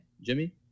Jimmy